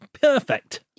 perfect